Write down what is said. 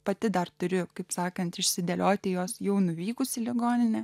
pati dar turiu kaip sakant išsidėlioti jos jau nuvykus į ligoninę